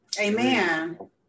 amen